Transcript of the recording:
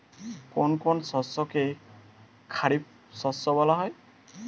কোন কোন শস্যকে খারিফ শস্য বলা হয়?